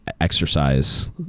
exercise